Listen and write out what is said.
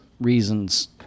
reasons